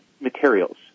materials